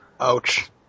Ouch